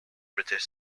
british